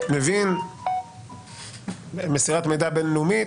מבין מסירת מידע בין לאומית.